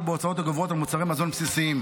בהוצאות הגוברות על מוצרי מזון בסיסיים.